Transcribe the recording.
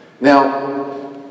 Now